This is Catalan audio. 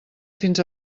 fins